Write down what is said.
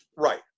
Right